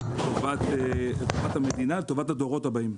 לטובת המדינה, לטובת הדורות הבאים.